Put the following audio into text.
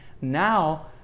now